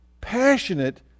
passionate